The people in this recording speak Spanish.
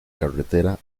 carretera